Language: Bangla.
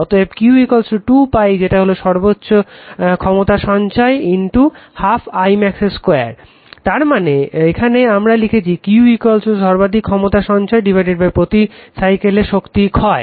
অতএব Q 2 যেটা হলো সর্বোচ্চ ক্ষমতা সঞ্চয় 12 I max 2 তার মানে এখানে আমারা লিখছি Q সর্বোচ্চ ক্ষমতা সঞ্চয়প্রতি সাইকেলে শক্তি ক্ষয়